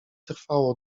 trwało